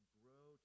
grow